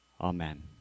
Amen